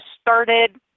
started